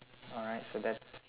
alright so that's